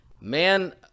man